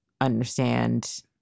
understand